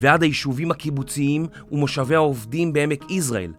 ועד היישובים הקיבוציים ומושבי העובדים בעמק ישראל.